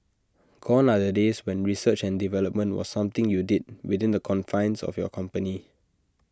gone are the days when research and development was something you did within the confines of your company